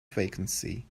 vacancy